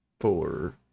four